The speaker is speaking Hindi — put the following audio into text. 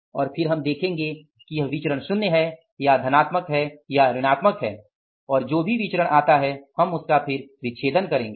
और फिर हम देखेंगे कि वह विचरण शुन्य है या धनात्मक है या ऋणात्मक है और जो भी विचरण आता है हम उसका विच्छेदन करेंगे